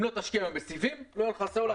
אם לא תשקיע היום בסיבים לא יהיה לך סלולר.